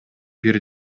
бир